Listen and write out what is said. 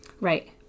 Right